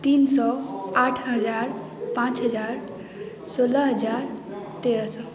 तीन सए आठ हजार पाँच हजार सोलह हजार तेरह सए